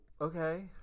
Okay